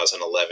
2011